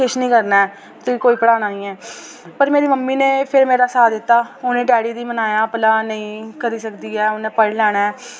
किश निं करना ऐ ते तुई कोई पढ़ाना निं ऐ पर मेरी मम्मी ने फिर मेरा साथ दित्ता उ'नें डैडी दी मनाया भला नेईं करी सकदी ऐ उ'न्ने पढ़ी लैना ऐ